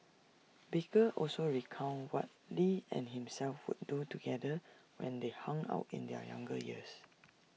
baker also recounted what lee and himself would do together when they hung out in their younger years